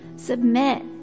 Submit